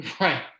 right